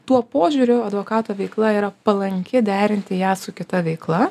tuo požiūriu advokato veikla yra palanki derinti ją su kita veikla